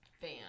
fan